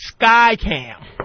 Skycam